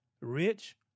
rich